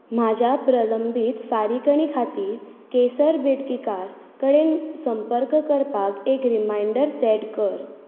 म्हज्या प्रलंबीत फारीकणी खातीर केसर बेतकीकार कडेन संपर्क करपाक एक रिमांयडर सेट कर